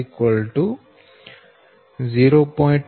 07746 0